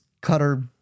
cutter